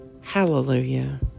Hallelujah